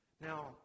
Now